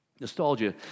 Nostalgia